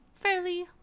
fairly